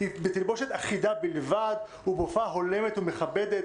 בתלבושת אחידה בלבד ובהופעה הולמת ומכבדת.